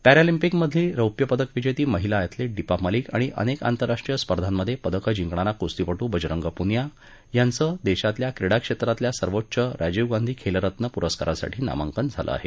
प्रालिम्पिकमधील रौप्यपदक विजेती महिला अध्यलिट दिपा मलिक आणि अनेक आंतरराष्ट्रीय स्पर्धांमधे पदक जिंकणारा कुस्तीपटू बजरंग पुनिया यांचं देशातल्या क्रीडा क्षेत्रातल्या सर्वोच्च राजीव गांधी खेलरत्न पुरस्कारासाठी नामांकन झालं आहे